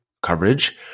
coverage